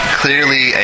clearly